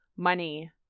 Money